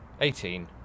Eighteen